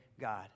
God